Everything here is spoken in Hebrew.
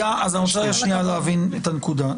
אז אני רוצה שנייה להבין את הנקודה,